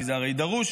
כי זה הרי דרוש,